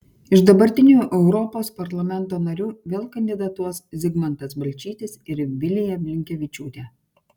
iš dabartinių europos parlamento narių vėl kandidatuos zigmantas balčytis ir vilija blinkevičiūtė